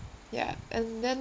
ya and then